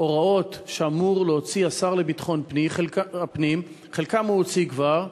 הוראות שאמור להוציא השר לביטחון הפנים חלקן הוא הוציא כבר,